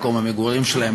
מקום המגורים שלהם,